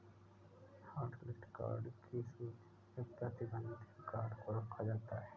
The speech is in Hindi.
हॉटलिस्ट कार्ड की सूची में प्रतिबंधित कार्ड को रखा जाता है